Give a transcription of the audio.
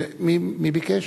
מי ביקש?